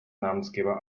namensgeber